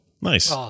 nice